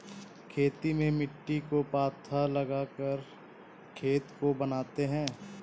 खेती में मिट्टी को पाथा लगाकर खेत को बनाते हैं?